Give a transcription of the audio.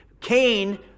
Cain